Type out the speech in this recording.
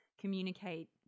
communicate